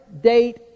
date